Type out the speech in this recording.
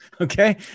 Okay